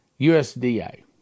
USDA